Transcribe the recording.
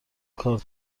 کارت